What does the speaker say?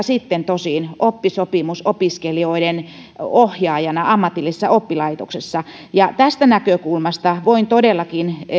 sitten oppisopimusopiskelijoiden ohjaajana ammatillisessa oppilaitoksessa ja tästä näkökulmasta voin todellakin